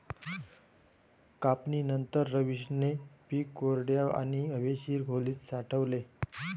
कापणीनंतर, रवीशने पीक कोरड्या आणि हवेशीर खोलीत साठवले